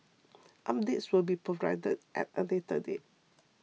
updates will be provided at a later date